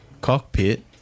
cockpit